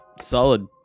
Solid